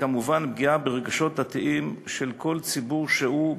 וכמובן פגיעה ברגשות דתיים של כל ציבור שהוא,